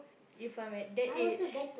if I'm at that age